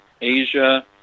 Asia